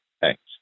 Thanks